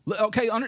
Okay